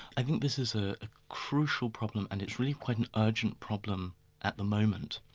i think this is a crucial problem and it's really quite an urgent problem at the moment.